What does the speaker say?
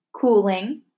cooling